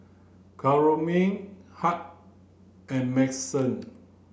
Carolyne Hank and Madyson